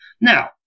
Now